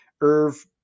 Irv